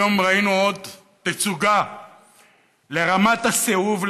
היום ראינו עוד תצוגה לרמת הסיאוב,